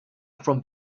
from